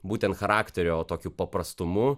būtent charakterio tokiu paprastumu